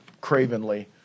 cravenly